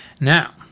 Now